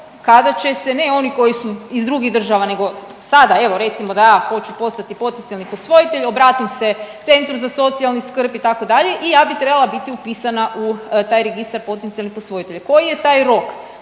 kada će se, ne oni koji su iz drugih država, nego sada evo recimo da ja hoću postati potencijalni posvojitelj obratim se Centru za socijalnu skrb itd. i ja bi trebala biti upisana u taj registar potencijalnih posvojitelja. Koji je taj rok,